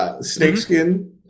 Snakeskin